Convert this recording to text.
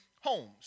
homes